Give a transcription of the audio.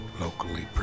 locally